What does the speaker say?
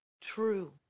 true